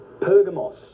Pergamos